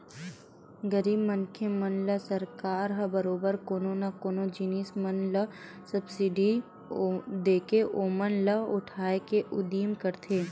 गरीब मनखे मन ल सरकार ह बरोबर कोनो न कोनो जिनिस मन म सब्सिडी देके ओमन ल उठाय के उदिम करथे